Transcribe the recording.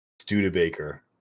Studebaker